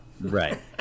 right